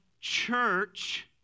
church